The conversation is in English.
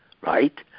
right